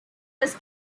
was